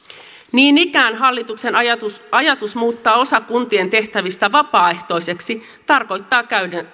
niin ikään hallituksen ajatus ajatus muuttaa osa kuntien tehtävistä vapaaehtoiseksi tarkoittaa